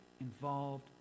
involved